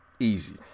Easy